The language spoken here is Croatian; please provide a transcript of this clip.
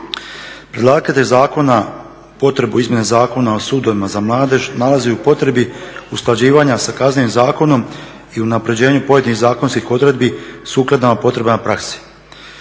Predlagatelj zakona potrebu izmjene Zakona o sudovima za mladež nalazi u potrebi usklađivanja sa Kaznenim zakonom i unapređenju pojedinih zakonskih odredbi sukladno potreba prakse.